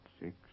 Six